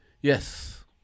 Yes